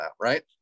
right